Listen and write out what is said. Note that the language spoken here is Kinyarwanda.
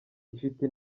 ifite